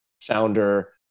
founder